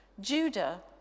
judah